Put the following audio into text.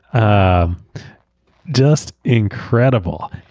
ah just incredible.